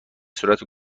صورت